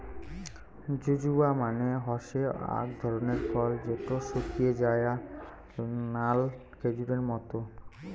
জুজুবা মানে হসে আক ধরণের ফল যেটো শুকিয়ে যায়া নাল খেজুরের মত